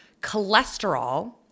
Cholesterol